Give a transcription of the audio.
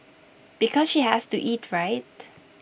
because she has to eat right